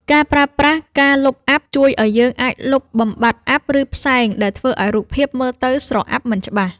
ការប្រើប្រាស់ ការលុបអ័ព្ទ ជួយឱ្យយើងអាចលុបបំបាត់អ័ព្ទ ឬផ្សែងដែលធ្វើឱ្យរូបភាពមើលទៅស្រអាប់មិនច្បាស់។